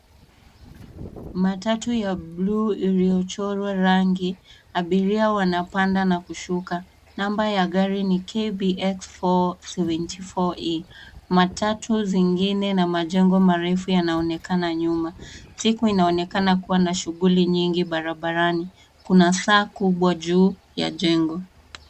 Matatu ya bluu iliyochorwa rangi. Abiria wanapanda na kushuka. Namba ya gari ni KBX 474E . Matatu zingine na majengo marefu yanaonekana nyuma. Siku inaonekana kuwa na shughuli nyingi barabarani. Kuna saa kubwa juu ya jengo.